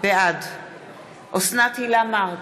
בעד אוסנת הילה מארק,